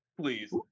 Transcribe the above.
Please